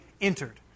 entered